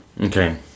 Okay